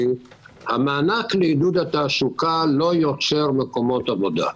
המענק לעידוד תעסוקה לא יותר מקומות עבודה,